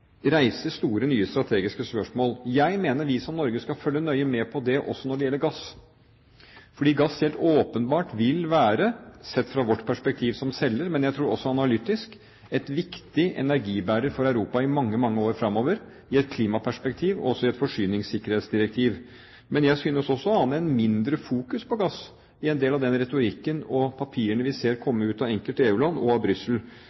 reiser store, nye strategiske spørsmål. Jeg mener vi i Norge skal følge nøye med på det også når det gjelder gass. Gass vil helt åpenbart være, ikke bare sett fra vårt perspektiv som selger, men jeg tror også analytisk, en viktig energibærer for Europa i mange, mange år framover, i et klimaperspektiv, og også i et forsyningssikkerhetsdirektiv. Men jeg synes også å ane at det er mindre fokus på gass i en del av den retorikken og de papirene vi ser